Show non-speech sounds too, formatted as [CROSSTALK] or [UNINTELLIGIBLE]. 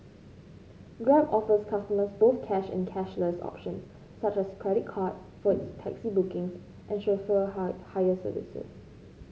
grab offers customers both cash and cashless options such as credit card for its taxi bookings and chauffeur [UNINTELLIGIBLE] hire services